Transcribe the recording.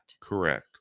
Correct